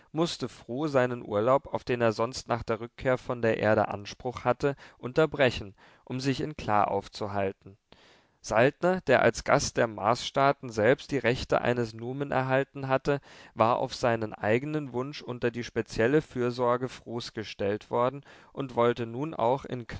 mußte fru seinen urlaub auf den er sonst nach der rückkehr von der erde anspruch hatte unterbrechen um sich in kla aufzuhalten saltner der als gast der marsstaaten selbst die rechte eines numen erhalten hatte war auf seinen eigenen wunsch unter die spezielle fürsorge frus gestellt worden und wollte nun auch